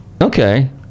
Okay